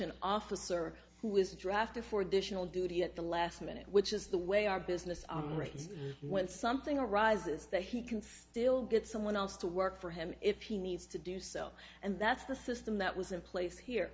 an officer who was drafted for dish will duty at the last minute which is the way our business on rates when something arises that he can still get someone else to work for him if he needs to do so and that's the system that was in place here